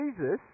Jesus